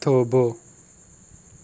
થોભો